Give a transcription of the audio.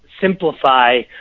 simplify